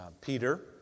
Peter